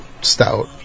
stout